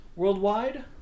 Worldwide